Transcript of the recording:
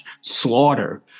slaughter